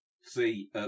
see